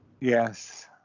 Yes